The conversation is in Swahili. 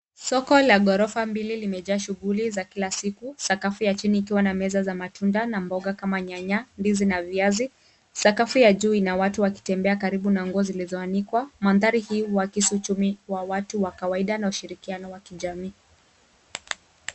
Soko la ghorofa mbili limejaa shughuli za kila siku. Sakafu ya chini ikiwa na meza za matunda na mboga kama nyanya, ndizi na viazi. Sakafu ya juu ina watu wakitembea karibu na nguo zilizoanikwa. Mandhari hii huakisi uchumi wa watu wa kawaida na ushirikiano wa kijamii.